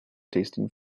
tasting